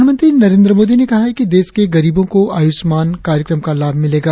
प्रधानमंत्री नरेंद्र मोदी ने कहा है कि देश के गरीबों को आयुष्मान कार्यक्रम का लाभ मिलेगा